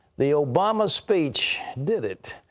the obama speech did it.